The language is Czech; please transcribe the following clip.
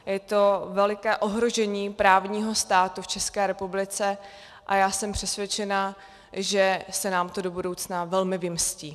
Je to veliké ohrožení právního státu v České republice a já jsem přesvědčená, že se nám to do budoucna velmi vymstí.